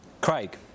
Craig